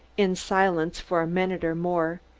in silence, for a minute or more,